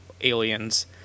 Aliens